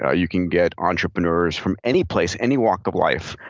ah you can get entrepreneurs from any place, any walk of life,